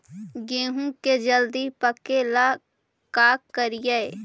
गेहूं के जल्दी पके ल का करियै?